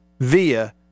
via